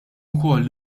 ukoll